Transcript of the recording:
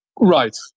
Right